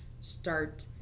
start